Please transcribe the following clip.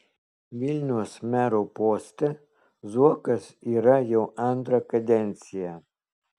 vilniaus mero poste zuokas yra jau antrą kadenciją